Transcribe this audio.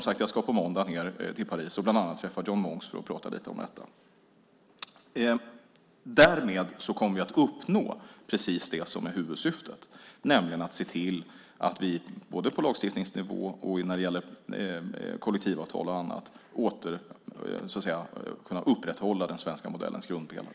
Jag ska på måndag ned till Paris och bland annat träffa John Monks för att tala lite om detta. Därmed kommer vi att uppnå det som är huvudsyftet. Det handlar om att vi på lagstiftningsnivå och när det gäller kollektivavtal och annat kan upprätthålla den svenska modellens grundpelare.